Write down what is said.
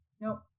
Nope